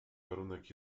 warunek